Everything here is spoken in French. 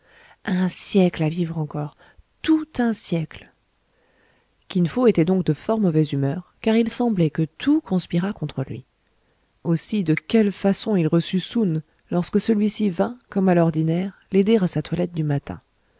un siècle à vivre encore tout un siècle kin fo était donc de fort mauvaise humeur car il semblait que tout conspirât contre lui aussi de quelle façon il reçut soun lorsque celui-ci vint comme à l'ordinaire l'aider à sa toilette du matin